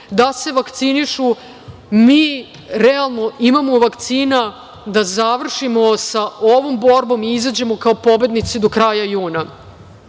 da se vakcinišu. Mi realno imamo vakcina da završimo sa ovom borbom i izađemo kao pobednici do kraja juna.